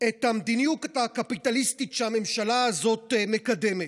את המדיניות הקפיטליסטית שהממשלה הזאת מקדמת.